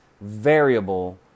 variable